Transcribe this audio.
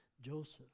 Joseph